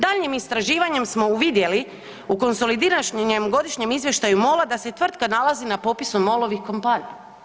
Daljnjim istraživanjem smo uvidjeli u konsolidiranom godišnjem izvještaju MOL-a da se tvrtka nalazi na popisu MOL-ovih kompanija.